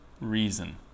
reason